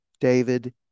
David